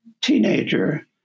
teenager